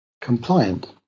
compliant